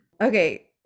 Okay